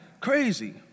crazy